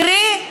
קרי,